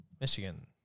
Michigan